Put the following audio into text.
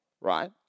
right